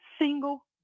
single